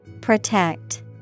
Protect